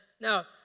Now